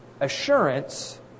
Assurance